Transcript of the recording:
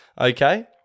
Okay